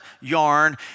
yarn